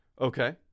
Okay